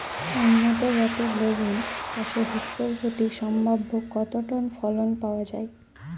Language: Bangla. উন্নত জাতের বেগুন চাষে হেক্টর প্রতি সম্ভাব্য কত টন ফলন পাওয়া যায়?